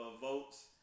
votes